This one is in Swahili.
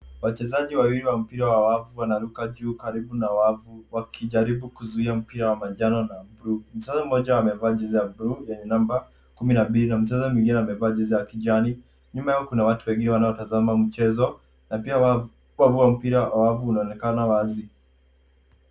Wachezaji wawili wa mpira wa wavu wanaruka juu karibu na wavu wakijaribu kuzuia mpira wa manjano na buluu. Mchezaji mmoja amevaa jezi ya buluu yenye namba 12 na mchezaji mwingine amevaa jezi ya kijani. Nyuma yao kuna watu wengi wanao tazama mchezo na pia kwao mpira wa wavu unaonekana wazi.